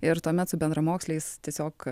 ir tuomet su bendramoksliais tiesiog